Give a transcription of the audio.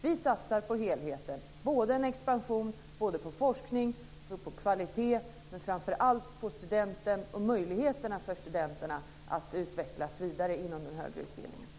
Vi satsar på helheten - på en expansion och på forskning liksom på kvalitet och, framför allt, på studenterna och deras möjligheter att utvecklas vidare inom den högre utbildningen.